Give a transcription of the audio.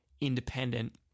independent